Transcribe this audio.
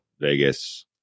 Vegas